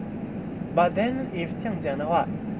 but then if 这样讲的话